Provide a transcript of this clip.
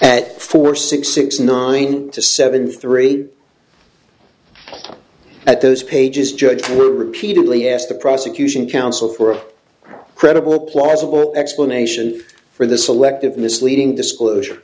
at four six six nine to seven three at those pages judge repeatedly asked the prosecution counsel for a credible or plausible explanation for the selective misleading disclosure